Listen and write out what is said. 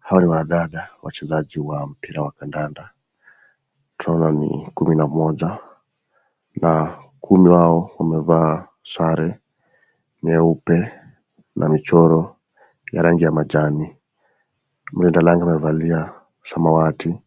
Hawa ni wanadada wachezaji wa mpira ya kandanda, tunaona ni kumi na moja, na kumi wao wamevaa sare nyeupe na michoro ya rangi ya majani. Mlinda lango amevalia samawati